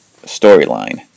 storyline